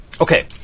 Okay